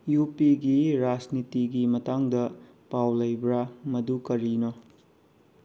U ꯄꯤꯒꯤ ꯔꯥꯖꯅꯤꯇꯤꯒꯤ ꯃꯇꯥꯡꯗ ꯄꯥꯎ ꯂꯩꯕ꯭ꯔꯥ ꯃꯗꯨ ꯀꯔꯤꯅꯣ